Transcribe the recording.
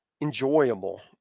enjoyable